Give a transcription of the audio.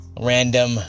random